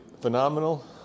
phenomenal